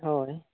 ᱦᱳᱭ